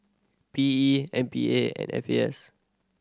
P E M P A and F A S